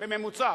בממוצע,